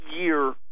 year